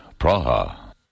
Praha